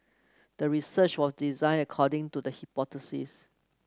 the research was designed according to the hypothesis